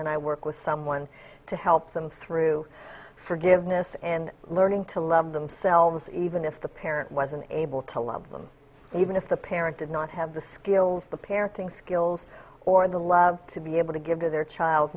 then i work with someone to help them through for given this and learning to love themselves even if the parent wasn't able to love them even if the parent did not have the skills the parenting skills or the love to be able to give to their child